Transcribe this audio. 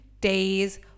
days